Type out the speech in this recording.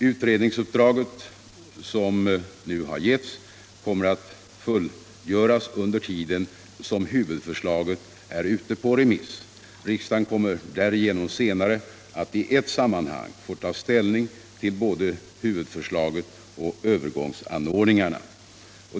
Utredningsuppdraget, som nu har getts, kommer att fullgöras under tiden som huvudförslaget är ute på remiss. Riksdagen kommer därigenom senare att i ett sammanhang få ta ställning till både huvudförslaget och övergångsanordningarna.